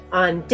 on